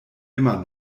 immer